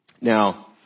Now